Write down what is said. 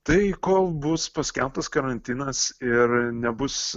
tai kol bus paskelbtas karantinas ir nebus